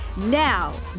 Now